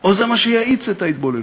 או שזה מה שיאיץ את ההתבוללות?